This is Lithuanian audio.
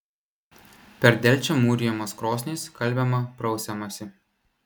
per delčią mūrijamos krosnys skalbiama prausiamasi